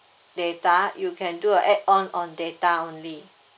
data you can do a add on on data only